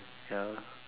ya